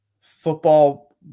football